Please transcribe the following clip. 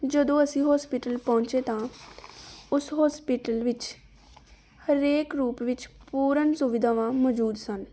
ਜਦੋਂ ਅਸੀਂ ਹੋਸਪਿਟਲ ਪਹੁੰਚੇ ਤਾਂ ਉਸ ਹੋਸਪਿਟਲ ਵਿੱਚ ਹਰੇਕ ਰੂਪ ਵਿੱਚ ਪੂਰਨ ਸੁਵਿਧਾਵਾਂ ਮੌਜੂਦ ਸਨ